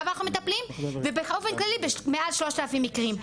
אנחנו מטפלים ובאופן כללי במעל ל-3,000 מקרים.